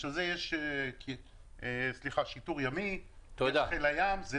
בשביל זה יש שיטור ימי, חיל הים.